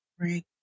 Right